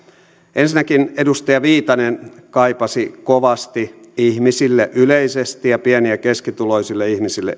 ensinnäkin edustaja viitanen kovasti kaipasi yleisesti ihmisille ja erityisesti pieni ja keskituloisille ihmisille